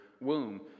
womb